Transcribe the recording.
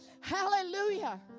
hallelujah